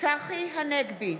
צחי הנגבי,